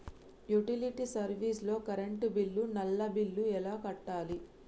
Utility service లో current bill, నల్లా bill ఎలా కట్టాలి?